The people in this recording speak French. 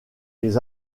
des